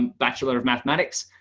bachelor of mathematics,